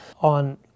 On